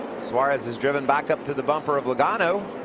suarez is driven back up to the bumper of logano.